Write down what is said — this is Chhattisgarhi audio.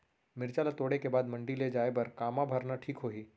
मिरचा ला तोड़े के बाद मंडी ले जाए बर का मा भरना ठीक होही?